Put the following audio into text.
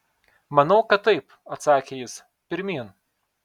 manau kad taip atsakė jis pirmyn